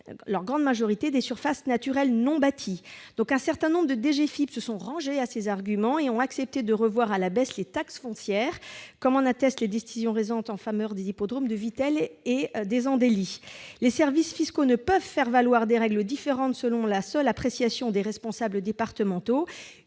leur majeure partie des surfaces naturelles non bâties, notamment les pistes. Plusieurs DDFiP se sont rangées à ces arguments et ont accepté de revoir à la baisse les taxes foncières, comme en attestent les décisions récentes en faveur des hippodromes de Vittel et des Andelys. Les services fiscaux ne peuvent faire valoir des règles différentes selon la seule appréciation des responsables départementaux.